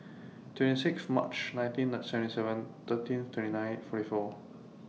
twenty six March nineteen seventy seven thirteen twenty nine forty four